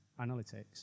analytics